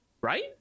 right